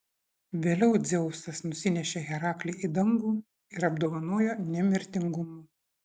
vėliau dzeusas nusinešė heraklį į dangų ir apdovanojo nemirtingumu